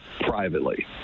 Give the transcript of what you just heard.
privately